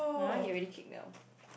my one he already kick [liao]